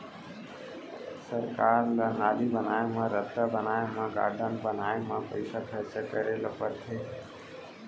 सरकार ल नाली बनाए म, रद्दा बनाए म, गारडन बनाए म पइसा खरचा करे ल परथे